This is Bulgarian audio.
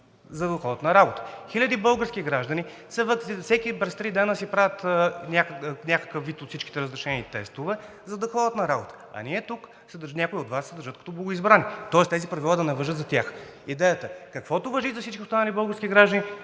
за да ходят на работа. Хиляди български граждани – всеки през три дни, си правят някакъв вид от всичките разрешени тестове, за да ходят на работа. А ние тук – някои от Вас се държат като богоизбрани, тоест тези правила да не важат за тях. Идеята е каквото важи за всички останали български граждани,